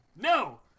No